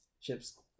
chips